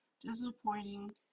disappointing